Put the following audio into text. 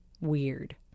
weird